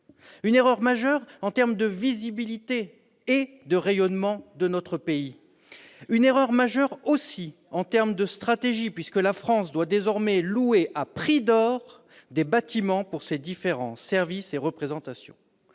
non seulement en termes de visibilité et de rayonnement pour notre pays, mais aussi en termes de stratégie, puisque la France doit désormais louer à prix d'or des bâtiments pour ses différents services et représentations.